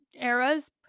eras